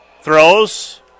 throws